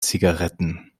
zigaretten